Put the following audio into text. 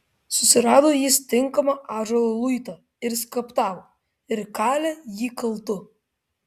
susirado jis tinkamą ąžuolo luitą ir skaptavo ir kalė jį kaltu